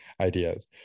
ideas